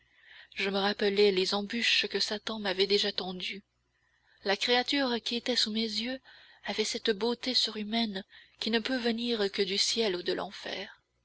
je me rappelai les embûches que satan m'avait déjà tendues la créature qui était sous mes yeux avait cette beauté surhumaine qui ne peut venir que du ciel ou de l'enfer